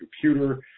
computer